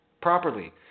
properly